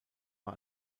war